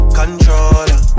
controller